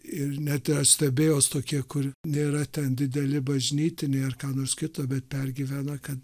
ir net stebėjosi tokia kur nėra ten dideli bažnytiniai ar ką nors kito bet pergyvena kad